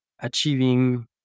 achieving